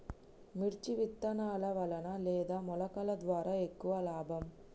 మిర్చి విత్తనాల వలన లేదా మొలకల ద్వారా ఎక్కువ లాభం?